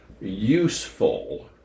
useful